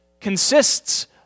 consists